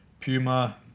Puma